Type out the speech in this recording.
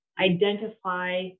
identify